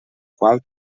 qual